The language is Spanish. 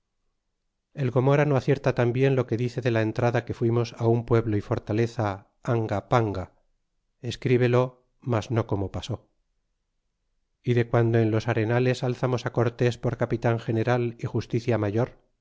el gomora no acierta tambien lo que dice de la entrada que fuimos á un pueblo y fortaleza anga panga escríbelo mas no como pasó y do guando en los arenales alzamos á cortés por capitan general y justicia mayor